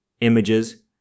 images